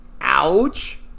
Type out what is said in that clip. ouch